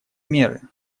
меры